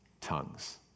tongues